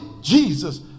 Jesus